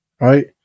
right